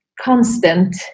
constant